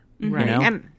Right